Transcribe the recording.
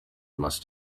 must